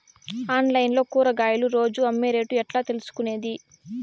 Online లో కూరగాయలు రోజు అమ్మే రేటు ఎట్లా తెలుసుకొనేది?